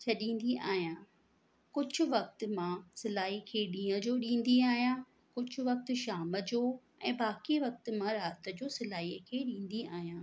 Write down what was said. छॾींदी आहियां कुझु वक़्ति मां कुझु वक़्ति मां सिलाई खे ॾींहं जो ॾींदी आहियां कुझु वक़्ति शाम जो ऐं बाक़ी वक़्ति मां राति जो सिलाईअ खे ॾींदी आहियां